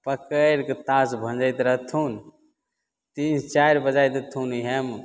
पकड़िकऽ तास भजैत रहथुन तीन चारि बजाय देथुन इएहमे